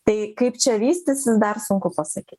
tai kaip čia vystysis dar sunku pasakyt